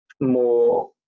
more